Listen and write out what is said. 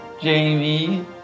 Jamie